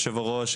היושב-ראש,